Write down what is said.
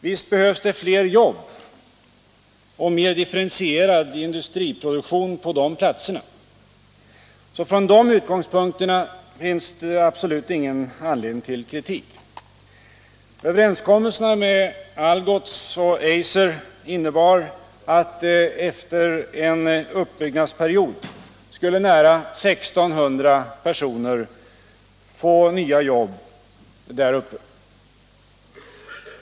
Visst behövs det fler jobb och mer differentierad industriproduktion på de platserna. Från de utgångspunkterna finns det absolut ingen anledning till kritik. Överenskommelserna med Algots och Eiser innebar att, efter en uppbyggnadsperiod, nära 1600 personer skulle få nya jobb där uppe.